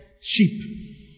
sheep